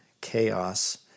chaos